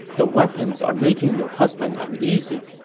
the weapons are making your husband uneasy.